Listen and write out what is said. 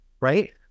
right